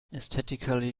aesthetically